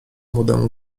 młodemu